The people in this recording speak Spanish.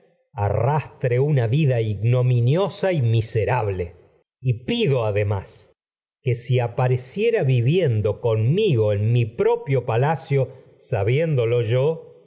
arrastre vida ignominiosa y miserable y pido además que si apareciera viviendo conmigo en mi pro pio palacio sabiéndolo yo